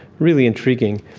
really intriguing.